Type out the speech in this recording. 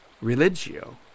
Religio